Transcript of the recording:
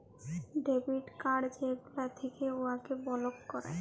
debit card যেগলা থ্যাকে উয়াকে বলক ক্যরে